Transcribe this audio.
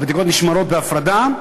הבדיקות נשמרות בהפרדה.